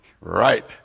Right